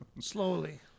slowly